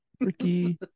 Ricky